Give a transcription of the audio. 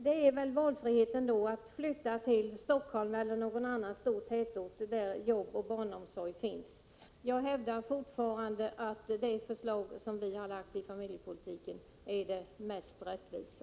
Valfriheten blir väl då att flytta till Stockholm eller någon annan stor tätort, där det finns arbete och barnomsorg. Jag hävdar fortfarande att vårt familjepolitiska förslag är det mest rättvisa.